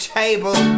table